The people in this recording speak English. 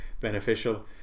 beneficial